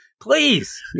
Please